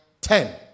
ten